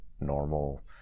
normal